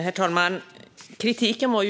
Herr talman! Kritiken var